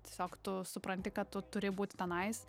tiesiog tu supranti kad tu turi būt tenais